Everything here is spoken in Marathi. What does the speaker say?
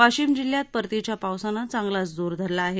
वाशिम जिल्ह्यात परतीच्या पावसाने चांगलाच जोर धरला आहे